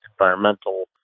environmental